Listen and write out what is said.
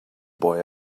boy